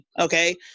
okay